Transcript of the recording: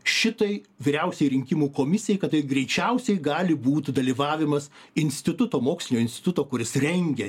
šitai vyriausiajai rinkimų komisijai kad tai greičiausiai gali būt dalyvavimas instituto mokslinio instituto kuris rengia